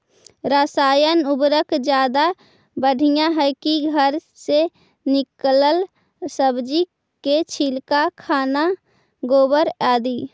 रासायन उर्वरक ज्यादा बढ़िया हैं कि घर से निकलल सब्जी के छिलका, खाना, गोबर, आदि?